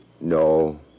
No